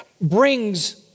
brings